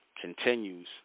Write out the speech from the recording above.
continues